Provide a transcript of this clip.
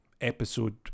episode